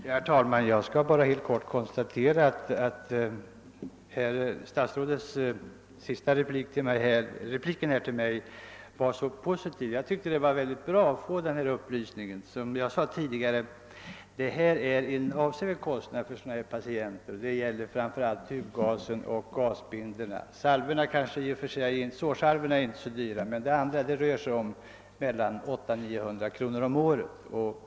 Herr talman! Jag skall bara helt kort konstatera att herr statsrådets replik till mig var mycket positiv — det var bra att få denna upplysning. Som jag sade tidigare rör det sig om avsevärda kostnader för patienterna. Det gäller framför allt tubgasen och gasbindorna för vilka kostnaderna kan uppgå till 800—900 kronor om året. Sårsalvorna är inte så dyra.